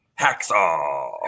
Hacksaw